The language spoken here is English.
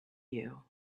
you